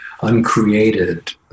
uncreated